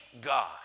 God